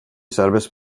serbest